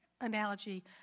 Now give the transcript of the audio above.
analogy